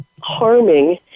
harming